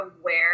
aware